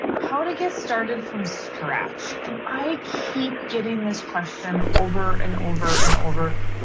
how to get started from scratch. and i keep getting this question over and over and over,